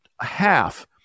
half